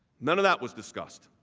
none of that was discussed.